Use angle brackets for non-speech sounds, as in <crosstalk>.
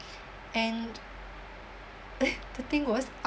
and <laughs> the thing was I